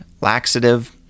laxative